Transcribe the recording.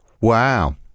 Wow